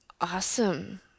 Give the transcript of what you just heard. Awesome